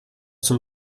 zum